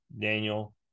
Daniel